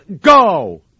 go